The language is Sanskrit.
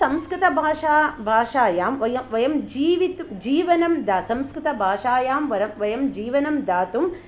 संस्कृतभाषा भाषायां वयं वयं जीवितुं जीवनं संस्कृतभाषायां वयं जीवनं दातुं